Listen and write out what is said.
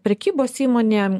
prekybos įmonė